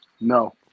No